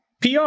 PR